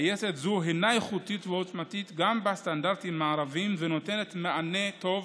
הטייסת היא איכותית ועוצמתית גם בסטנדרטים מערביים ונותנת מענה טוב